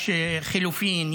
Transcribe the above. יש חילופים,